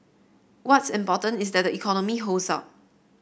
what's important is that the economy holds up